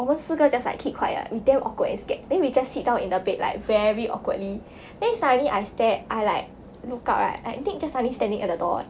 我们四个 just like keep quiet damn awkward and scared then we just sit down in the bed like very awkwardly then suddenly I stare I like look up right nick just suddenly standing at the door leh